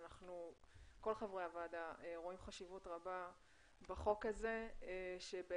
שכל חברי הוועדה רואים חשיבות רבה בחוק הזה שבעצם